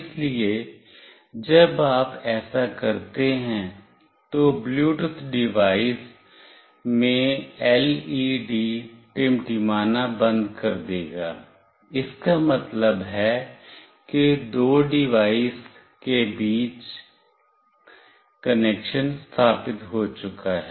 इसलिए जब आप ऐसा करते हैं तो ब्लूटूथ डिवाइस में LED टिमटिमाना बंद कर देगा इसका मतलब है कि दोनों डिवाइस के बीच कनेक्शन स्थापित हो चुका है